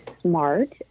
smart